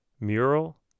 Mural